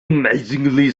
amazingly